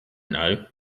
know